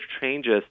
changes